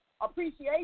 appreciation